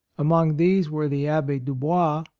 among these were the abbe dubois,